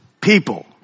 people